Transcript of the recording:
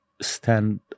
stand